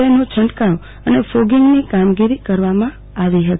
આઈનો છંટકાવ અને ફોંગીંગની કામગીરી કરવામાં આવી હતી